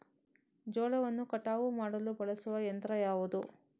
ಜೋಳವನ್ನು ಕಟಾವು ಮಾಡಲು ಬಳಸುವ ಯಂತ್ರ ಯಾವುದು?